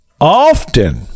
often